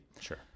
Sure